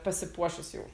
pasipuošus jau